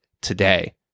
today